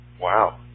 Wow